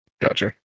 Gotcha